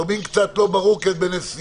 שומעים קצת לא ברור, כי את בנסיעה,